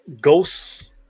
ghosts